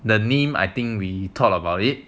the name I think we thought about it